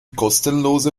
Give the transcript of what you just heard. kostenlose